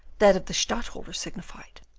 that of the stadtholder signified,